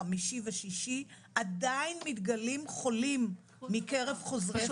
חמישי ושישי מתגלים חולים מקרב חוזרי חו"ל --- טוב,